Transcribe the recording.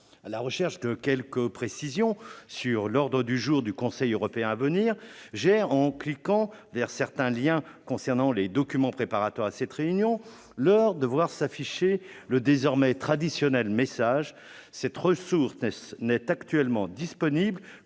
la recherche de quelques précisions sur l'ordre du jour du Conseil européen à venir, j'ai eu, en cliquant sur certains liens concernant les documents préparatoires afférents à cette réunion, l'heur de voir s'afficher le désormais traditionnel message :« Cette ressource n'est actuellement disponible